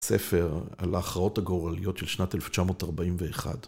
ספר על ההכרעות הגורליות של שנת 1941.